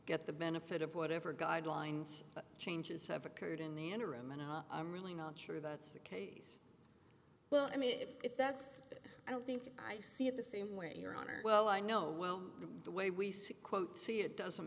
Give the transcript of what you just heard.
get the benefit of whatever guidelines changes have occurred in the interim and i'm really not sure that's the case well i mean if that's it i don't think i see it the same way your honor well i know well the way we see quote see it doesn't